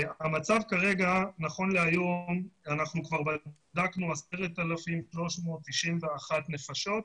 המצב כרגע נכון להיום אנחנו כבר בדקנו 10,391 נפשות,